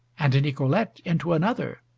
and nicolete into another.